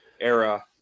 era